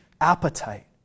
appetite